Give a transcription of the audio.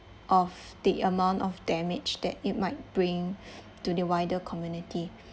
of the amount of damage that it might bring to the wider community